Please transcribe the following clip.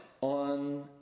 on